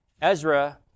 Ezra